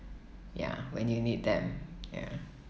ya when you need them ya